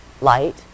light